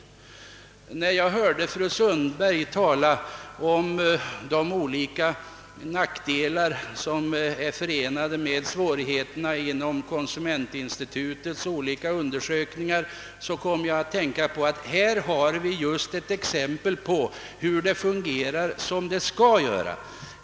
När jag hörde fru Sundberg tala om de olika nackdelar som är förenade med svårigheterna vid konsumentinstitutets olika undersökningar, kom jag att tänka på att vi just här har ett exempel på hur det är när det fungerar som det skall göra.